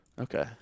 Okay